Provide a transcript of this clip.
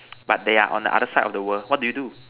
but they are on the other side of the world what do you do